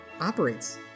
operates